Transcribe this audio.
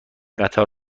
قطار